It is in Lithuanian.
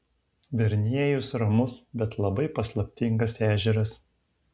verniejus ramus bet labai paslaptingas ežeras